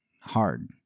hard